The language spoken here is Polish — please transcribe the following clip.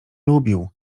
lubił